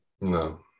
no